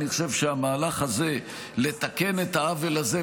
אני חושב שהמהלך הזה לתקן את העוול הזה,